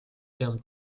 terme